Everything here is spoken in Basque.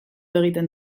egiten